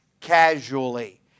casually